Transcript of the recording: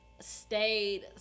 stayed